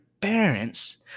parents